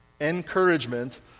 Encouragement